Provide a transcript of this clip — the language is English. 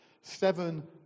seven